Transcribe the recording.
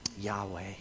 Yahweh